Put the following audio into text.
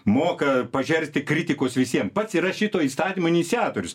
moka pažerti kritikos visiem pats yra šito įstatymo iniciatorius